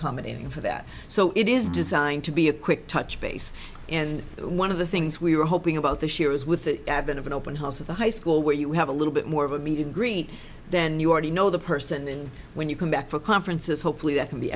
even for that so it is designed to be a quick touch base and one of the things we were hoping about this year was with the advent of an open house at the high school where you have a little bit more of a meet and greet then you already know the person then when you come back for conferences hopefully that can be